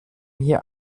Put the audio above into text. hier